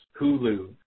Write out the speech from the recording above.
Hulu